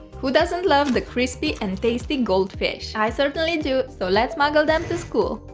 who doesn't love the crispy and tasty goldfish! i certainly do, so let's smuggle them to school!